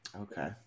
okay